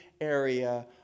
area